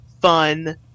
fun